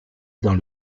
dans